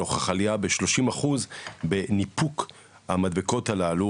נוכח עלייה ב-30 אחוז בניפוק המדבקות הללו,